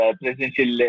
presidential